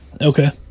Okay